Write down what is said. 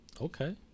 Okay